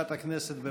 חברי הכנסת,